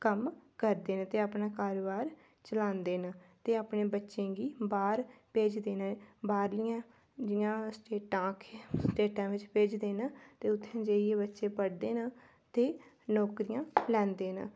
कम्म करदे न ते अपना कारोबार चलांदे न ते अपने बच्चें गी बाह्र भेजदे न बाह्रलियां जि'यां स्टेटां स्टेटां च भेजदे न ते उत्थै जाइयै बच्चे पढ़दे न ते नौकरियां लैंदे न